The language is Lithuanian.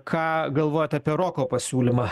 ką galvojat apie roko pasiūlymą